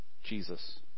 Jesus